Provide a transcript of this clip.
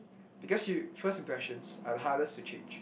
because you~ first impressions are the hardest to change